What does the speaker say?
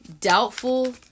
doubtful